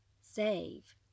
save